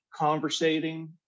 conversating